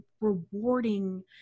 rewarding